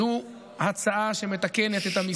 זו הצעה שמתקנת את המסגרות.